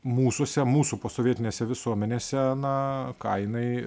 mūsuose mūsų posovietinėse visuomenėse na ką jinai